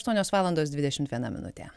aštuonios valandos dvidešimt viena minutė